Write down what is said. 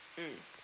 mmhmm